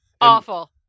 Awful